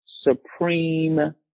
supreme